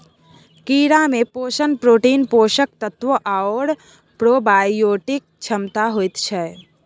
कीड़ामे पोषण प्रोटीन, पोषक तत्व आओर प्रोबायोटिक क्षमता होइत छै